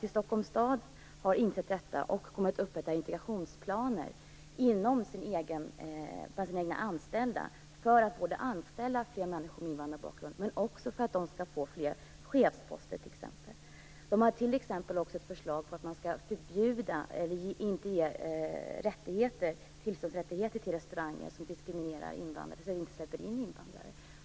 Stockholms stad har faktiskt insett detta och kommer att upprätta integrationsplaner för sina egna anställda - både för att anställa fler människor med invandrarbakgrund och för att dessa t.ex. skall få fler chefsposter. Man har också föreslagit att inte ge alkoholrättigheter till restauranger som diskriminerar invandrare, dvs. inte släpper in dem.